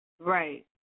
Right